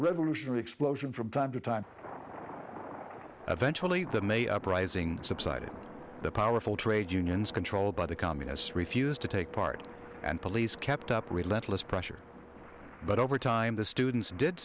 revolutionary explosion from time to time eventual eat them a uprising subsided the powerful trade unions controlled by the communists refused to take part and police kept up relentless pressure but over time the students did